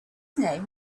name